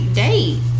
date